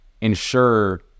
ensure